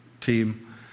team